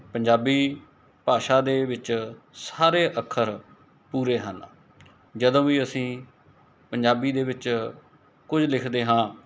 ਪੰਜਾਬੀ ਭਾਸ਼ਾ ਦੇ ਵਿੱਚ ਸਾਰੇ ਅੱਖਰ ਪੂਰੇ ਹਨ ਜਦੋਂ ਵੀ ਅਸੀਂ ਪੰਜਾਬੀ ਦੇ ਵਿੱਚ ਕੁਝ ਲਿਖਦੇ ਹਾਂ